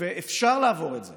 ואפשר לעבור את זה.